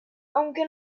aunque